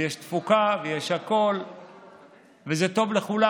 ויש תפוקה ויש הכול וזה טוב לכולם,